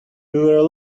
were